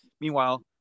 meanwhile